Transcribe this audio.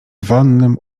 wonnym